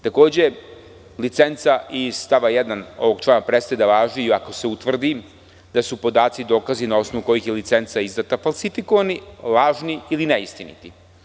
Takođe, licenca iz stava 1. ovog člana prestaje da važi ako se utvrdi da su podaci dokazi na osnovu kojih je licenca izdata falsifikovani, lažni ili neistiniti.